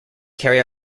carry